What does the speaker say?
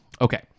Okay